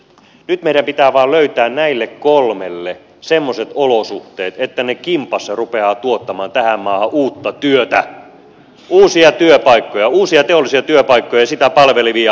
nyt meidän pitää vain löytää näille kolmelle semmoiset olosuhteet että ne kimpassa rupeavat tuottamaan tähän maahan uutta työtä uusia työpaikkoja uusia teollisia työpaikkoja ja sitä palvelevia palvelualojen työpaikkoja